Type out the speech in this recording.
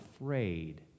afraid